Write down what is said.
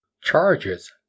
charges